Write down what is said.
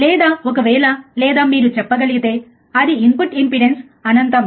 లేదా ఒకవేళ లేదా మీరు చెప్పగలిగితే అది ఇన్పుట్ ఇంపెడెన్స్ అనంతం